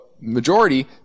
majority